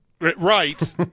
Right